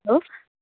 hello